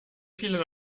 vielen